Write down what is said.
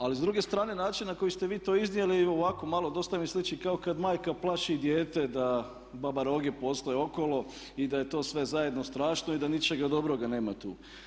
Ali s druge strane način na koji ste vi to iznijeli u ovako malo dosta mi sliči kao kad majka plaši dijete da baba roge postoje okolo i da je to sve zajedno strašno i da ničega dobroga nema tu.